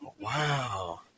Wow